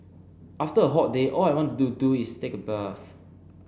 after a hot day all I want to do is take a bath